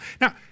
Now